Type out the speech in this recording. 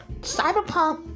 Cyberpunk